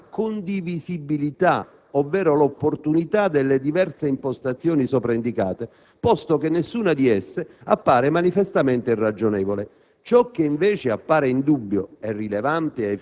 formulare un giudizio politico circa la condivisibilità ovvero l'opportunità delle diverse impostazioni sopra indicate, posto che nessuna di esse appare manifestamente irragionevole.